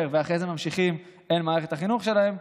ואחרי זה ממשיכים אל מערכת החינוך שלהם,